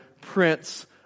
Prince